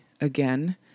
again